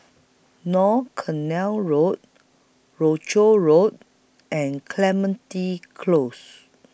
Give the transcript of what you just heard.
North Canal Road Croucher Road and Clementi Close